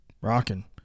rocking